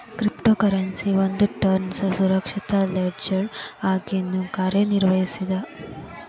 crypto currency ಒಂದ್ ಟ್ರಾನ್ಸ್ನ ಸುರಕ್ಷಿತ ಲೆಡ್ಜರ್ ಆಗಿನೂ ಕಾರ್ಯನಿರ್ವಹಿಸ್ತದ